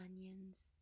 onions